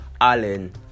alan